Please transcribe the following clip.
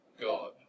God